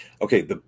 Okay